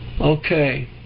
Okay